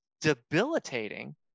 debilitating